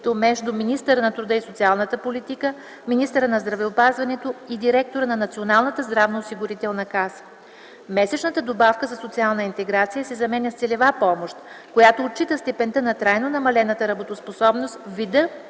между министъра на труда и социалната политика, министъра на здравеопазването и директора на Националната здравноосигурителна каса. Месечната добавка за социална интеграция се заменя с целева помощ, която отчита степента на трайно намалената работоспособност, вида